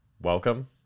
welcome